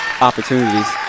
opportunities